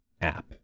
app